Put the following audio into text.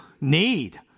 need